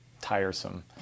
tiresome